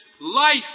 life